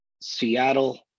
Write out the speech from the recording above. Seattle